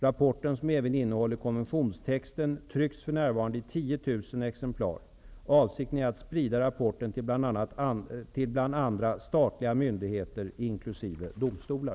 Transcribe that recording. Rapporten, som även innehåller konventionstexten, trycks för närvarande i 10 000 exemplar. Avsikten är att sprida rapporten till bl.a. statliga myndigheter, inkl. domstolar.